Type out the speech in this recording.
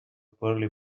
poorly